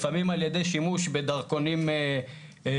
לפעמים על ידי שימוש בדרכונים כפולים.